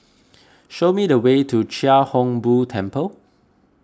show me the way to Chia Hung Boo Temple